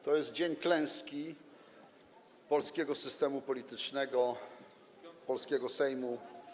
To jest dzień klęski polskiego systemu politycznego, polskiego Sejmu.